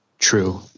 true